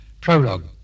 prologue